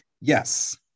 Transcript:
Yes